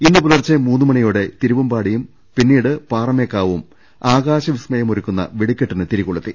ഇന്ന് പുലർച്ചെ മൂന്ന് മണിയോടെ തിരുവമ്പാടിയും ശേഷം പാറമേക്കാവും ആകാശ വിസ്മ യമൊരുക്കുന്ന വെടിക്കെട്ടിന് തിരികൊളുത്തി